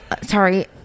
sorry